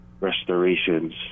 restorations